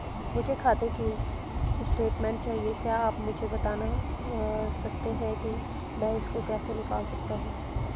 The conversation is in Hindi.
मुझे खाते की स्टेटमेंट चाहिए क्या आप मुझे बताना सकते हैं कि मैं इसको कैसे निकाल सकता हूँ?